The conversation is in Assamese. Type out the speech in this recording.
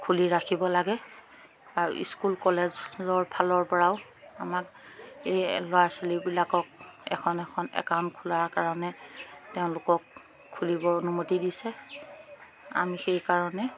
খুলি ৰাখিব লাগে বা স্কুল কলেজৰফালপৰাও আমাক এই ল'ৰা ছোৱালীবিলাকক এখন এখন একাউণ্ট খোলাৰ কাৰণে তেওঁলোকক খুলিবৰ অনুমতি দিছে আমি সেইকাৰণে